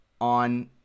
on